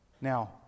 Now